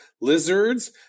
lizards